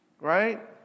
Right